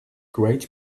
great